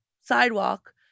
sidewalk